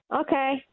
Okay